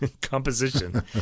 composition